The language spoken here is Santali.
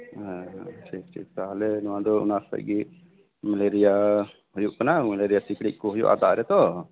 ᱦᱮᱸ ᱦᱮᱸ ᱴᱷᱤᱠ ᱴᱷᱤᱠ ᱛᱟᱦᱞᱮ ᱱᱚᱣᱟ ᱫᱚ ᱚᱱᱟ ᱠᱷᱚᱡ ᱜᱮ ᱢᱮᱞᱮᱨᱤᱭᱟ ᱦᱩᱭᱩᱜ ᱠᱟᱱᱟ ᱢᱮᱞᱮᱨᱤᱭᱟ ᱥᱤᱠᱲᱤᱡ ᱠᱚ ᱦᱩᱭᱩᱜ ᱠᱟᱱᱟ ᱫᱟᱜᱽ ᱨᱮᱛᱚ